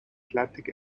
atlantic